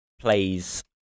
plays